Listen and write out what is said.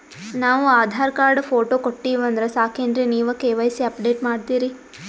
ನಾವು Aadhaar card, photo ಕೊಟ್ಟೀವಂದ್ರ ಸಾಕೇನ್ರಿ ನೀವ ಕೆ.ವೈ.ಸಿ ಅಪಡೇಟ ಮಾಡ್ತೀರಿ?